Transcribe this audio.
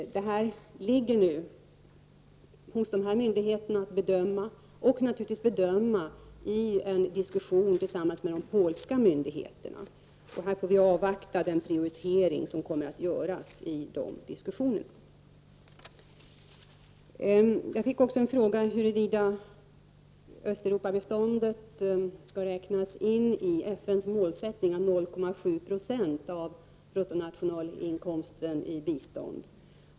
Det åligger nu de här myndigheterna att göra en bedömning — naturligtvis i diskussion med de polska myndigheterna. Vi får här avvakta den prioritering som kommer att göras i dessa diskussioner. Jag fick också en fråga om huruvida Östeuropabiståndet skall räknas in i FN:s målsättning, 0,7 70 av bruttonationalinkomsten i bistånd.